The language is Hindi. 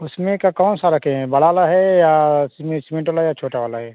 उसमें का कौन सा रखे हैं बड़ा वाला है या सीमे सीमेंट वाला है या छोटा वाला है